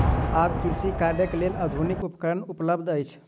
आब कृषि कार्यक लेल आधुनिक उपकरण उपलब्ध अछि